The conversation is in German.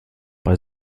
bei